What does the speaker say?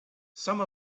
some